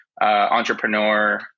Entrepreneur